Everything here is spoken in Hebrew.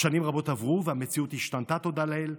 שנים רבות עברו, והמציאות השתנתה, תודה לאל.